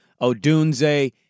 Odunze